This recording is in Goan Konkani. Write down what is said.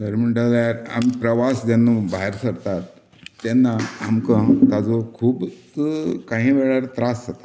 खरें म्हणटा जाल्यार आमी प्रवास जेन्ना भायर सरतात तेन्ना आमकां ताजो खूब काही वेळार त्रास जाता